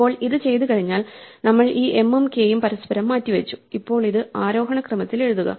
ഇപ്പോൾ ഇത് ചെയ്തുകഴിഞ്ഞാൽ നമ്മൾ ഈ m ഉം k ഉം പരസ്പരം മാറ്റി വച്ചു ഇപ്പോൾ ഇത് ആരോഹണ ക്രമത്തിൽ എഴുതുക